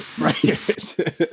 Right